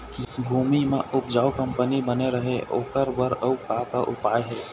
भूमि म उपजाऊ कंपनी बने रहे ओकर बर अउ का का उपाय हे?